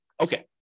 Okay